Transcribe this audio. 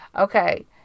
Okay